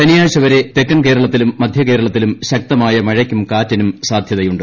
ശനിയാഴ്ച വരെ തെക്കൻ കേരളത്തിലും മധ്യകേരളത്തിലും ശക്തമായ മഴയ്ക്കും കാറ്റിനും സാധ്യതയുണ്ട്